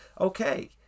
Okay